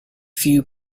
few